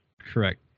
correct